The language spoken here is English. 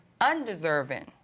undeserving